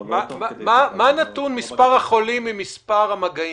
אבל לא תוך כדי --- מה נתון מספר החולים ממספר המגעים?